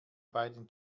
beiden